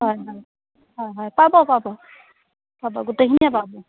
হয় হয় হয় হয় পাব পাব পাব গোটেইখিনিয়ে পাব